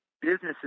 businesses